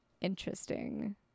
interesting